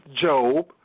Job